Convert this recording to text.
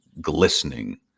glistening